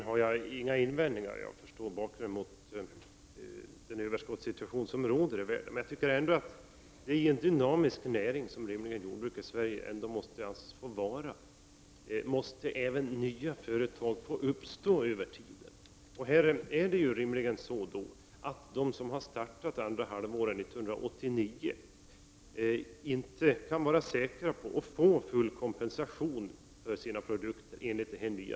Herr talman! Mot bakgrund av den överskottssituation som råder i världen har jag inga invändningar i denna del. Men i en dynamisk näring, som jordbruket i Sverige ändå måste anses vara, måste även nya företag kunna få uppstå. De som har startat sin verksamhet under andra halvåret 1989 kan inte vara säkra på att få full kompensation för sina produkter, enligt det nya systemet.